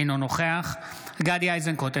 אינו נוכח גדי איזנקוט,